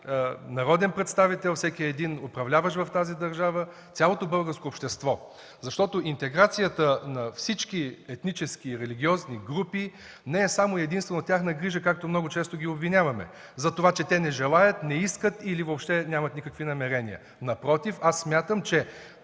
народен представител, всеки един управляващ в тази държава, цялото българско общество. Защото интеграцията на всички етнически и религиозни групи не е само и единствено тяхна грижа, както много често ги обвиняваме за това, че те не желаят, не искат или въобще нямат никакви намерения. Напротив, смятам, че